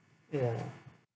ya